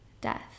death